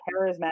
charismatic